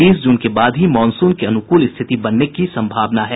बीस जून के बाद ही मॉनसून के अनुकूल स्थिति बनने की सम्भावना है